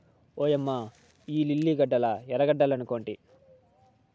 ఓయమ్మ ఇయ్యి లిల్లీ గడ్డలా ఎర్రగడ్డలనుకొంటి